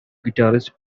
guitarist